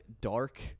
dark